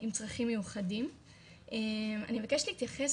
אני מבקשת להתייחס